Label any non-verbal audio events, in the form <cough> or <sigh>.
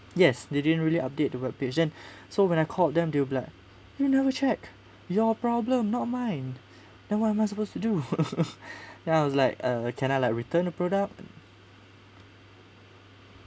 yes they didn't really update the web page then <breath> so when I called them they will be like you never check your problem not mine then what am I supposed to do <laughs> then I was like uh can I like return the product